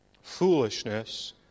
Foolishness